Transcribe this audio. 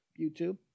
YouTube